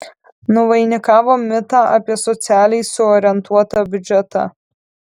nuvainikavo mitą apie socialiai suorientuotą biudžetą